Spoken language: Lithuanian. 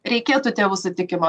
reikėtų tėvų sutikimo